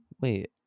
Wait